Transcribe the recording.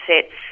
sets